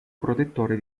protettore